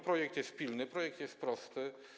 Projekt jest pilny, projekt jest prosty.